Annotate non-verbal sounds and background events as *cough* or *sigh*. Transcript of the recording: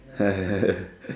*laughs*